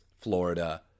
Florida